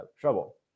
trouble